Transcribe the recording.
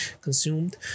consumed